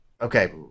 Okay